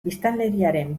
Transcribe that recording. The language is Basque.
biztanleriaren